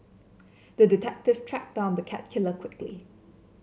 the detective tracked down the cat killer quickly